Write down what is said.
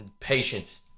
patience